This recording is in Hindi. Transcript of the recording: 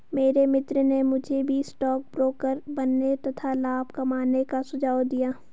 मेरे मित्र ने मुझे भी स्टॉक ब्रोकर बनने तथा लाभ कमाने का सुझाव दिया